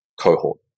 cohort